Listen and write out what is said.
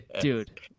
Dude